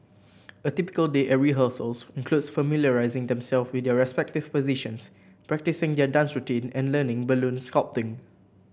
a typical day at rehearsals includes familiarising themselves with their respective positions practising their dance routine and learning balloon sculpting